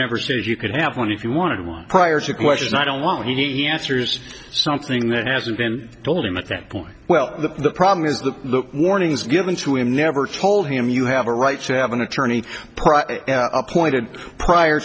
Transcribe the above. never says you could have one if you want to priors a question i don't want he answers something that hasn't been told him at that point well the problem is that the warnings given to him never told him you have a right to have an attorney appointed prior